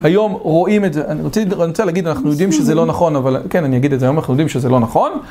היום רואים את זה, אני רוצה להגיד, אנחנו יודעים שזה לא נכון, אבל כן, אני אגיד את זה היום, אנחנו יודעים שזה לא נכון.